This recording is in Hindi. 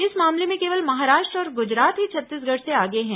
इस मामले में केवल महाराष्ट्र और गुजरात ही छत्तीसगढ़ से आगे हैं